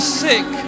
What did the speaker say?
sick